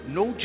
no